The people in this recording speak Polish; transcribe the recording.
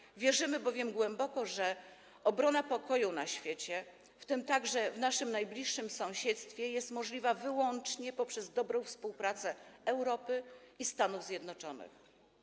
Głęboko wierzymy, że obrona pokoju na świecie, w tym także w naszym najbliższym sąsiedztwie, jest możliwa wyłącznie poprzez dobrą współpracę Europy i Stanów Zjednoczonych.